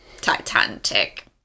Titanic